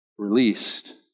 released